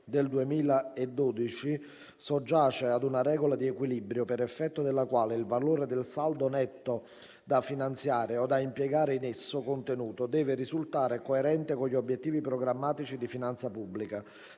del 2012, soggiace ad una regola di equilibrio per effetto della quale il valore del saldo netto da finanziare o da impiegare in esso contenuto deve risultare coerente con gli obiettivi programmatici di finanza pubblica.